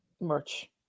merch